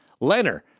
Leonard